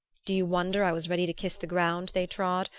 do you wonder i was ready to kiss the ground they trod,